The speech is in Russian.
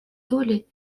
долли